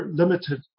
limited